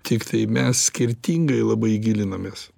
tiktai mes skirtingai labai gilinamės